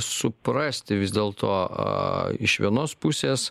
suprasti vis dėl to a iš vienos pusės